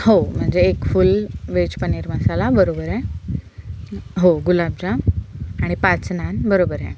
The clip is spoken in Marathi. हो म्हणजे एक फुल वेज पनीर मसाला बरोबर आहे हो गुलाबजाम आणि पाच नान बरोबर आहे